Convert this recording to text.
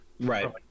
right